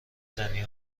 زنی